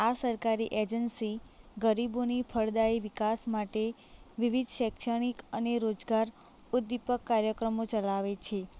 આ સરકારી એજન્સી ગરીબોની ફળદાઈ વિકાસ માટે વિવિધ શૈક્ષણિક અને રોજગાર ઉદ્દીપક કાર્યક્રમો ચલાવે છે